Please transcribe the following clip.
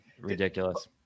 Ridiculous